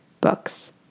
books